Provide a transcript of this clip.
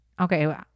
Okay